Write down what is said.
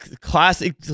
classic